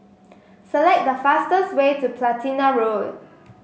select the fastest way to Platina Road